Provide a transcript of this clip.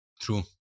True